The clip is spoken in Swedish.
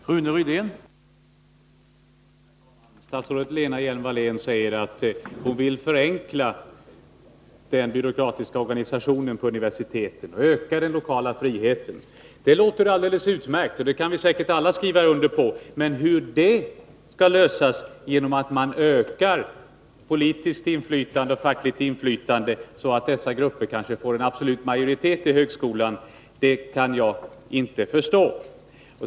Herr talman! Statsrådet Lena Hjelm-Wallén säger att hon vill förenkla den byråkratiska organisationen vid universiteten och öka den lokala friheten. Det låter alldeles utmärkt, och det kan vi säkert alla skriva under på. Men hur det problemet skall lösas genom att man ökar politiskt och fackligt inflytande, så att dessa grupper — politiker och fackliga företrädare — kanske får en absolut majoritet i högskolan, det kan jag inte förstå.